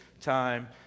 time